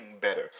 better